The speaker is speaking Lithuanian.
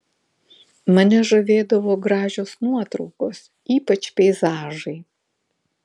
mane žavėdavo gražios nuotraukos ypač peizažai